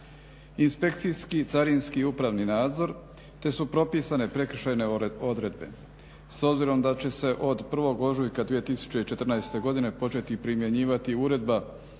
inspekcijski carinski upravni nadzor te su propisane prekršajne odredbe. S obzirom da će se od 1. ožujka 2014. godine početi primjenjivati Uredba